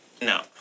no